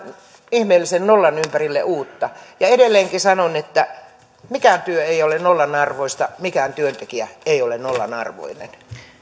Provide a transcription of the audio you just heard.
ihmeellisen nollan ympärille uutta pyörää ja edelleenkin sanon että mikään työ ei ole nollan arvoista kukaan työntekijä ei ole nollan arvoinen